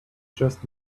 just